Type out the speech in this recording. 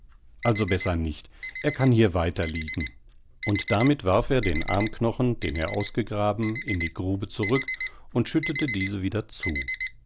also besser nicht er kann hier weiter liegen und damit warf er den armknochen den er ausgegraben in die grube zurück und schüttete diese wieder zu